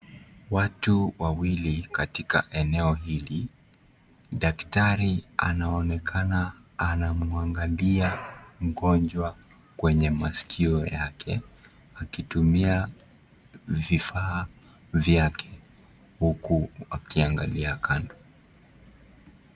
Watu wawili katika eneo hili, daktari anaonekana anamwangalia mgonjwa kwenye maskio yake. Akitumia vifaa vyake huku akiangalia kando.